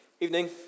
Evening